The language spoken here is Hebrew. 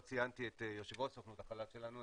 לא ציינתי את יושב ראש סוכנות החלל שלנו,